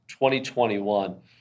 2021